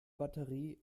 batterie